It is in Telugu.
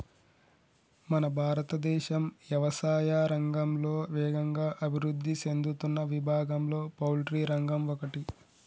మన భారతదేశం యవసాయా రంగంలో వేగంగా అభివృద్ధి సేందుతున్న విభాగంలో పౌల్ట్రి రంగం ఒకటి